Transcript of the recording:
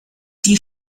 die